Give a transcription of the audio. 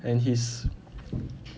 and he's